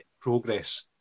progress